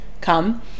come